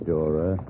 Dora